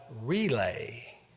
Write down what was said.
relay